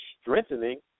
strengthening